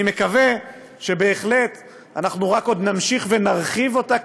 אני מקווה שבהחלט אנחנו רק עוד נמשיך ונרחיב אותה,